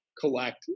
collect